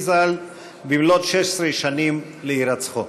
שש-עשרה שנים להירצחו.